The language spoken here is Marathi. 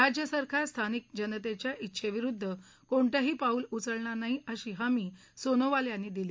राज्यसरकार स्थानिक जनतेच्या डेेेविरुद्ध कोणतंही पाऊल उचलणार नाही अशी हमी सोनोवाल यांनी दिली